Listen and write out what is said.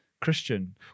Christian